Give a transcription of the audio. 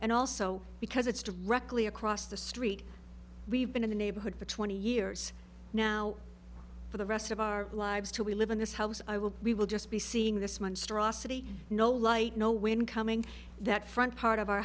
and also because it's directly across the street we've been in the neighborhood for twenty years now for the rest of our lives to we live in this house i will we will just be seeing this monstrosity no light no wind coming that front part of our